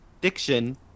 diction